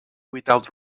without